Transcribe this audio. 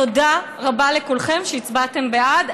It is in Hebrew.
תודה רבה לכולכם שהצבעתם בעד.